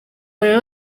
rero